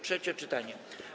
Trzecie czytanie.